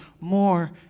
more